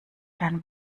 kein